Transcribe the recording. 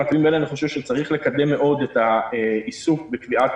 מטעמים אלו אנחנו חושבים שצריך לקדם מאוד את העיסוק בקביעת